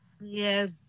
Yes